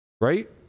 right